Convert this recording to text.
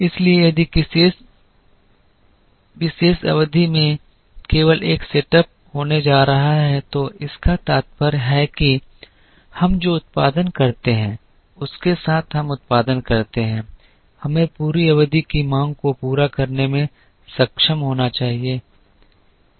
इसलिए यदि किसी विशेष अवधि में केवल एक सेट अप होने जा रहा है तो इसका तात्पर्य है कि हम जो उत्पादन करते हैं उसके साथ हम उत्पादन करते हैं हमें पूरी अवधि की मांग को पूरा करने में सक्षम होना चाहिए